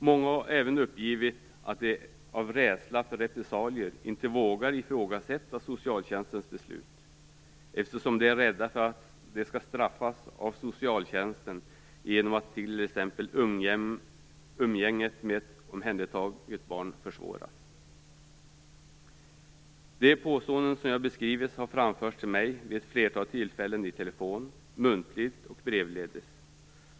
Många har även uppgivit att de av rädsla för repressalier inte vågar ifrågasätta socialtjänstens beslut, eftersom de är rädda för att de skall straffas av socialtjänsten genom att t.ex. umgänget med ett omhändertaget barn försvåras. De påståenden som jag beskrivit har framförts till mig vid ett flertal tillfällen i telefon, muntligt och brevledes.